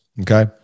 Okay